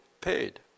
paid